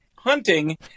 hunting